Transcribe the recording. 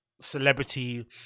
celebrity